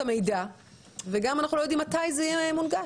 המידע וגם אנחנו לא יודעים מתי הן יהיו מונגשות.